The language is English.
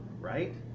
right